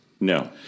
No